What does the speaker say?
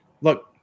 look